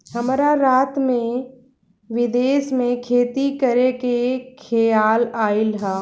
हमरा रात में विदेश में खेती करे के खेआल आइल ह